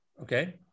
okay